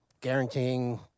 guaranteeing